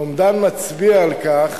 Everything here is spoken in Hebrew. האומדן מצביע על כך